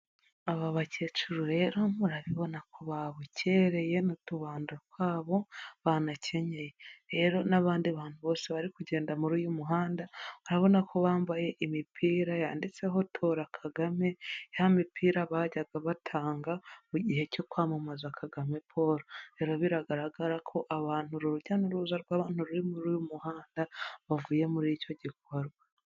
Aba bakecuru rero murabibona ko babukereye n'utubando twabo banakenyeye rero n'abandi bantu bose bari kugenda muri uyu muhanda urabona ko bambaye imipira yanditseho paul kagame, ya mipira bajyaga batanga mu gihe cyo kwamamaza kagame paul rero biragaragara ko abantu urujya n'uruza rw'abantu ruri muri uyu muhanda bavuye muri icyo gikorwa.